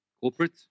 Corporate